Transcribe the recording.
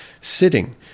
sitting